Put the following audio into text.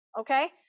Okay